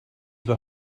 were